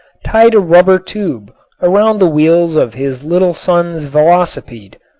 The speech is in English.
tied a rubber tube around the wheels of his little son's velocipede.